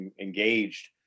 engaged